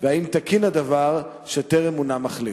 4. האם תקין הדבר שטרם מונה מחליף?